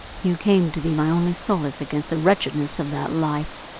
you came to be my only solace against the wretchedness of that life.